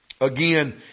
Again